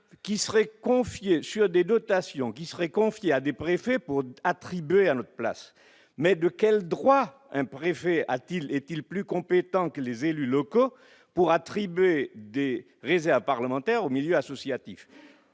qui serait confié sur des dotations qui serait confiée à des préfets pour attribuer à leur place, mais de quel droit un préfet a-t-il est-il plus compétents que les élus locaux pour attribuer dès réserve parlementaire au milieu associatif